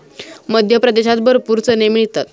मध्य प्रदेशात भरपूर चणे मिळतात